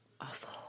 awful